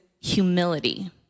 humility